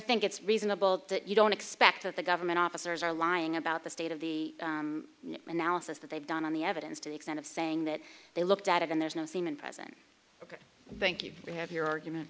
think it's reasonable that you don't expect that the government officers are lying about the state of the analysis that they've done on the evidence to the extent of saying that they looked at it and there's no semen present thank you we have your argument